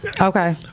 Okay